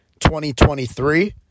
2023